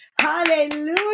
hallelujah